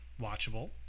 watchable